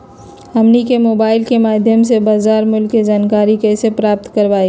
हमनी के मोबाइल के माध्यम से बाजार मूल्य के जानकारी कैसे प्राप्त करवाई?